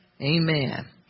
Amen